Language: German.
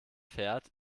fährt